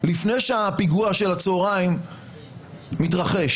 לפני שהפיגוע של הצוהריים מתרחש.